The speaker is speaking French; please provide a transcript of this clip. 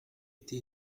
été